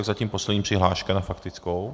Zatím poslední přihláška na faktickou.